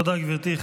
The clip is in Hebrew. תודה, גברתי.